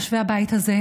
יושבי הבית הזה,